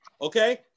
okay